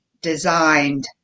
designed